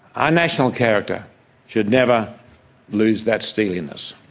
our national character should never lose that steeliness.